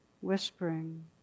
whispering